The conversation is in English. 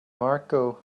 mirco